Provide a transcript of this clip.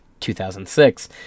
2006